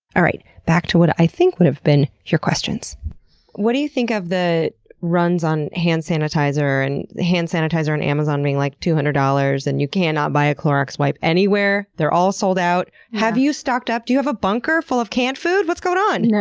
all right, back to what i think would have been your questions what do you think of the runs on hand sanitizer, and hand sanitizer on amazon being like two hundred dollars dollars, and you cannot buy a clorox wipe anywhere, they're all sold out have you stocked up? do you have a bunker full of canned food? what's going on!